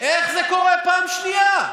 איך זה קורה פעם שנייה?